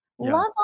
Love